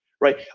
right